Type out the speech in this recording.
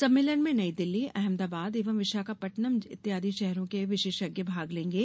सम्मेलन में नई दिल्ली अहमदाबाद एवं विशाखापट्टनम इत्यादि शहरों के विशेषज्ञ भाग लेंगे